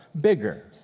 bigger